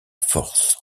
force